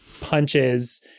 punches